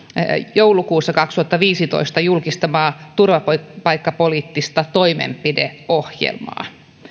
joulukuussa kaksituhattaviisitoista julkistamaa turvapaikkapoliittista toimenpideohjelmaa